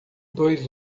dois